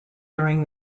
during